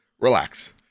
relax